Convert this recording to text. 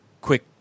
quick